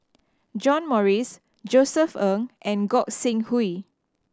John Morrice Josef Ng and Gog Sing Hooi